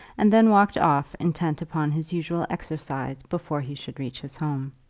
and then walked off intent upon his usual exercise before he should reach his home.